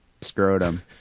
scrotum